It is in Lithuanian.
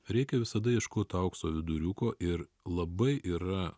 reikia visada ieškot aukso viduriuko ir labai yra